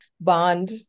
bond